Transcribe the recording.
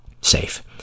safe